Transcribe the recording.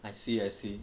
I see I see